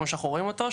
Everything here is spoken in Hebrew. כמו שאנחנו רואים אותו,